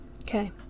Okay